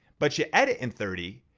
but you edit in thirty,